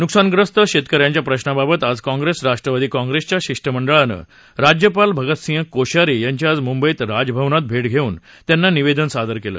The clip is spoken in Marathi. नुकसानग्रस्त शेतक यांच्या प्रशांबाबत आज काँग्रेस राष्ट्रवादी काँप्रेसच्या शिष्ट मंडळानं राज्यपाल भगतसिंह कोश्यारी यांची आज मुंबईत राजभवनात भेट घेऊन त्यांना निवेदन सादर केलं